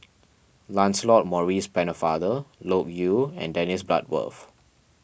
Lancelot Maurice Pennefather Loke Yew and Dennis Bloodworth